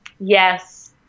Yes